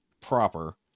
proper